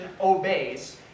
obeys